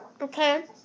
Okay